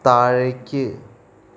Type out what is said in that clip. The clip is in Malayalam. താഴേക്ക്